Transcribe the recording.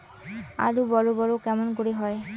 আলু বড় বড় কেমন করে হয়?